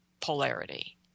polarity